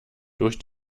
durch